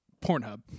Pornhub